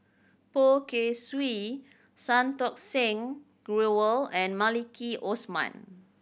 Poh Kay Swee Santokh Singh Grewal and Maliki Osman